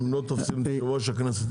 לא תופסים את יושב ראש הכנסת.